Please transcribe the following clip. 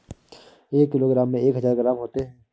एक किलोग्राम में एक हजार ग्राम होते हैं